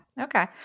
Okay